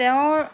তেওঁৰ